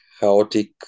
chaotic